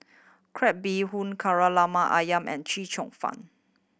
crab bee hoon Kari Lemak Ayam and Chee Cheong Fun